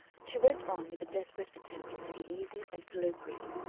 she went on, with a desperate attempt to be easy and colloquial